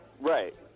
Right